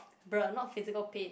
bre not physical pain